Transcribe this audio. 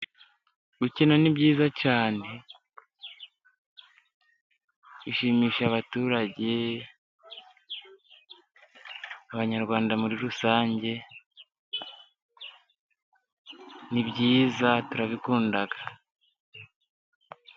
Gukina ni byiza cyane, bishimisha abaturage, abanyarwanda muri rusange, ni byiza turabikunda.